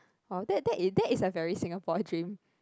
!wow! that that is very Singapore dream